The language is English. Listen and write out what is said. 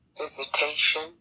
Visitation